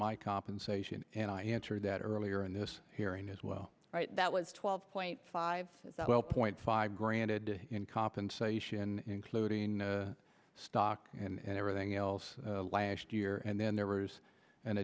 my compensation and i answered that earlier in this hearing as well that was twelve point five point five granted in compensation including stock and everything else last year and then there was an